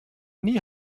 nie